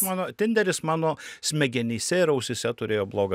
mano tinderis mano smegenyse ir ausyse turėjo blogą